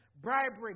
bribery